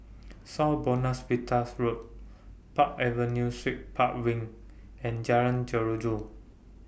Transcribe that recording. South Buona Vista Road Park Avenue Suites Park Wing and Jalan Jeruju